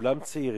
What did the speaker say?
כולם צעירים,